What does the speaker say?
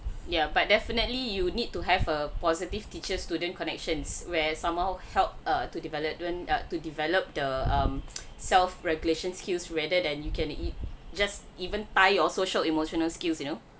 yeah but definitely you need to have a positive teachers students connections where somehow help err to development err to develop the um self regulation skills rather than you can it just even tie your social emotional skills you know